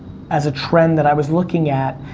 as a trend that i was looking at.